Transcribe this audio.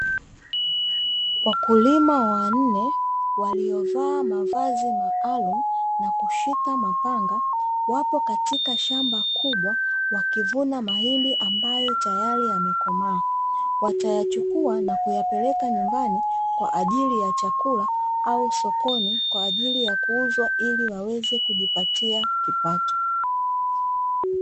Wakulima wanne waliovaa mavazi maalumu na kushika mapanga, wapo katika shamba kubwa wakivuna mahindi ambayo tayari yamekomaa. Watayachukua na kuyapeleka nyumbani kwa ajili ya chakula au sokoni kwa ajili ya kuuzwa ili waweze kujipatia kipato.